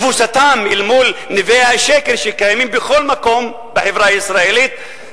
תבוסתם אל מול נביאי השקר שקיימים בכל מקום בחברה הישראלית,